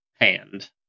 hand